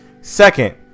Second